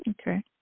Okay